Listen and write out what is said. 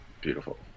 Beautiful